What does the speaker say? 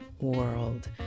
world